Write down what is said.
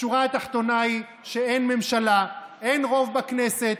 השורה התחתונה היא שאין ממשלה, אין רוב בכנסת.